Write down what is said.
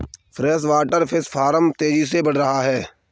freshwater fish farm तेजी से बढ़ रहा है